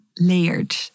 layered